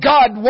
God